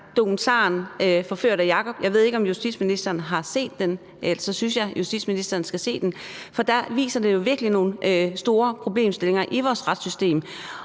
dokumentaren »Forført af Jakob« – jeg ved ikke, om justitsministeren har set den, ellers synes jeg, at justitsministeren skal se den – viser den jo virkelig nogle store problemstillinger i vores retssystem.